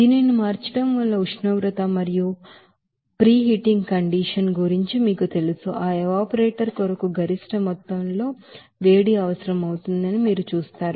దీనిని మార్చడం వల్ల ఉష్ణోగ్రత పరిస్థితి మరియు ప్రీహీటింగ్ కండిషన్ గురించి మీకు తెలుసు ఆ ఎవాపరేటర్ కొరకు గరిష్ట మొత్తంలో వేడి అవసరం అవుతుందని మీరు చూస్తారు